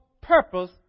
purpose